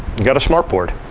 got a smart board.